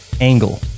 Angle